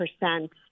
percent